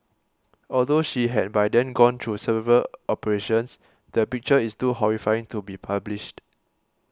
although she had by then gone through several operations the picture is too horrifying to be published